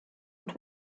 und